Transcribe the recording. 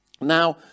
now